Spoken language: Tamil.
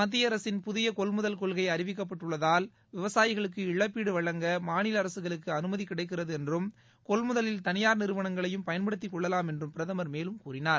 மத்திய அரசின் புதிய கொள்முதல் கொள்கை அறிவிக்கப்பட்டுள்ளதால் விவசாயிகளுக்கு இழப்பீடு வழங்க மாநில அரசுகளுக்கு அனுமதி கிடைக்கிறது என்றும் கொள்முதலில் தனியாா் நிறுவனங்களையும் பயன்படுத்தி கொள்ளலாம் என்றும் பிரதமர் மேலும் கூறினார்